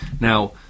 Now